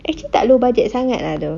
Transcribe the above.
actually tak low budget sangat lah though